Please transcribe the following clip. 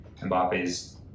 Mbappe's